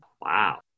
Wow